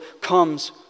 comes